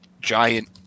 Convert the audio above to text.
giant